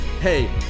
Hey